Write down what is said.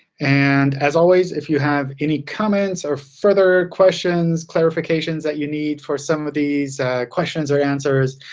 and as always, if you have any comments or further questions, clarifications that you need for some of these questions or answers,